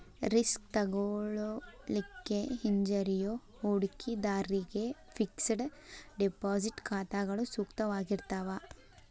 risk ತೆಗೆದುಕೊಳ್ಳಿಕ್ಕೆ ಹಿಂಜರಿಯೋ ಹೂಡಿಕಿದಾರ್ರಿಗೆ ಫಿಕ್ಸೆಡ್ ಡೆಪಾಸಿಟ್ ಖಾತಾಗಳು ಸೂಕ್ತವಾಗಿರ್ತಾವ